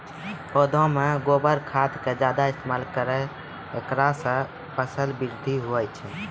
पौधा मे गोबर खाद के ज्यादा इस्तेमाल करौ ऐकरा से फसल बृद्धि होय छै?